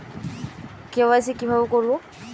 KYC কিভাবে করব?